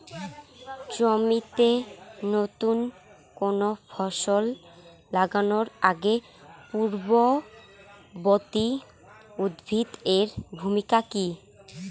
জমিতে নুতন কোনো ফসল লাগানোর আগে পূর্ববর্তী উদ্ভিদ এর ভূমিকা কি?